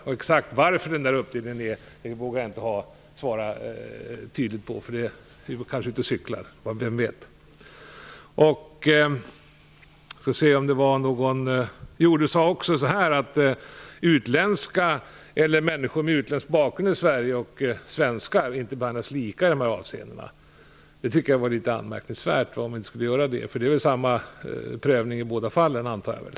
Jag vågar inte ge ett tydligt svar på frågan varför det är så. Då kanske jag är ute och cyklar - vem vet? Ragnhild Pohanka sade också att människor med utländsk bakgrund i Sverige och svenskar inte behandlas lika i de här avseendena. Det skulle vara anmärkningsvärt om det var så. Jag antar att det är samma prövning som görs i båda fallen.